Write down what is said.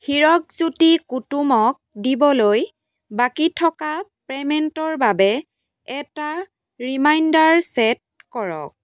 হিৰকজ্যোতি কুটুমক দিবলৈ বাকী থকা পে'মেণ্টৰ বাবে এটা ৰিমাইণ্ডাৰ ছেট কৰক